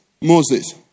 Moses